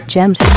Gems